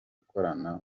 gukorana